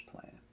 plan